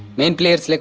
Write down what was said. main players let's